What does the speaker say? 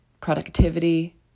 productivity